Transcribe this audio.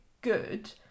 good